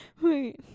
Wait